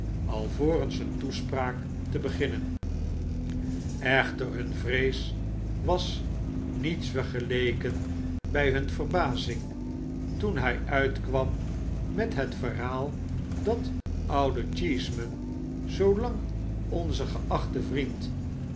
alvorens een toespraak te beginnen echter hun vrees was niets vergeleken by hun verbazing toen hij uitkwam met het verhaal dat oude cheeseman zoolang onze geachte vriend